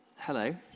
hello